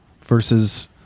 versus